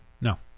No